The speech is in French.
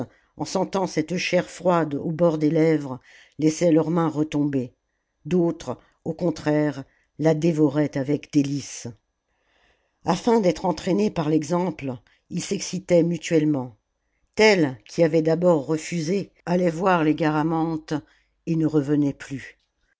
en sentant cette chair froide au bord des lèvres laissaient leur main retomber d'autres au contraire la dévoraient avec délices afin d'être entraînés par l'exemple ils s'excitaient mutuellement tel qui avait d'abord refusé allait voir les garamantes et ne revenait plus